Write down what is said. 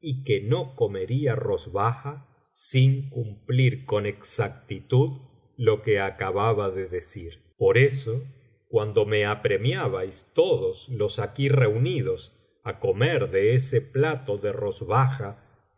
y que no comería rozbaja sin cumplir con exactitud lo que acababa de decir por eso cuando me apremiabais tocios los aquí reunidos á comer de ese plato de rozbaja